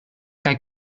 kaj